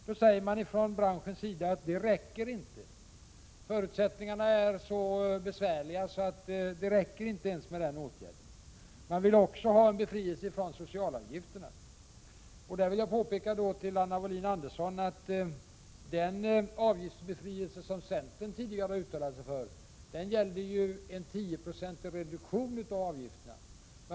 Nu säger man från branschens sida att förutsättningarna är så besvärliga att det inte räcker ens med den åtgärden. Man vill också bli befriad från socialavgifterna. Där vill jag påpeka för Anna Wohlin-Andersson att den avgiftsbefrielse som centern tidigare uttalade sig för gällde ju en tioprocentig reduktion av avgifterna.